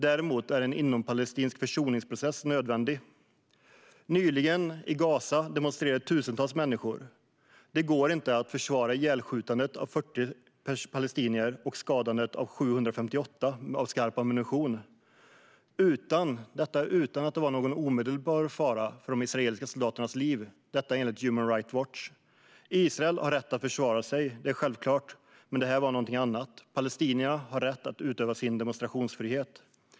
Däremot är en intern palestinsk försoningsprocess nödvändig. Nyligen demonstrerade tusentals människor i Gaza. Det går inte att försvara att 40 palestinier sköts ihjäl och 758 skadades genom att man använde skarp ammunition utan att det, enligt Human Rights Watch, var någon omedelbar fara för de israeliska soldaternas liv. Israel har självklart rätt att försvara sig, men detta var någonting annat. Palestinierna har rätt att utöva sin demonstrationsfrihet.